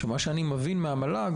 מה שאני מבין מהמל"ג,